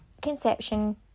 conception